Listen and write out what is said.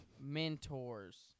mentors